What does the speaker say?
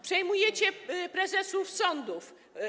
Przejmujecie prezesów sądów.